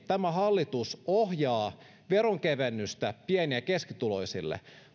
tämä hallitus ohjaa veronkevennystä pieni ja keskituloisille